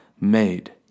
made